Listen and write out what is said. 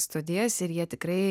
studijas ir jie tikrai